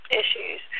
issues